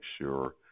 sure